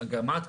גם את,